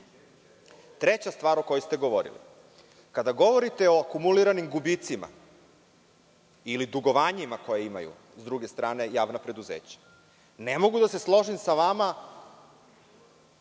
toga. Treća stvar o kojoj ste govorili. Kada govorite o akumuliranim gubicima ili dugovanjima koja imaju, s druge strane, javna preduzeća, ne mogu da se složim sa vama